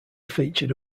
featured